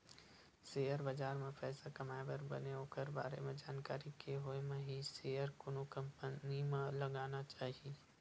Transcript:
share बजार म पइसा कमाए बर बने ओखर बारे म जानकारी के होय म ही सेयर कोनो कंपनी म लगाना चाही